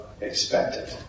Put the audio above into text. expected